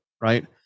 right